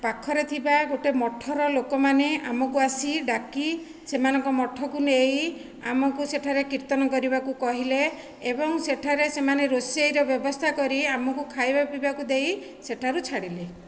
ଆଉ ପାଖରେ ଥିବା ଗୋଟିଏ ମଠର ଲୋକମାନେ ଆମକୁ ଆସି ଡାକି ସେମାନଙ୍କ ମଠକୁ ନେଇ ଆମକୁ ସେଠାରେ କୀର୍ତ୍ତନ କରିବାକୁ କହିଲେ ଏବଂ ସେଠାରେ ସେମାନେ ରୋଷେଇର ବ୍ୟବସ୍ଥା କରି ଆମକୁ ଖାଇବା ପିଇବାକୁ ଦେଇ ସେଠାରୁ ଛାଡ଼ିଲେ